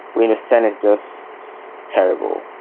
we understand it's just terrible.